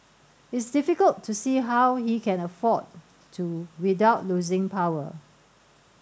it's difficult to see how he can afford to without losing power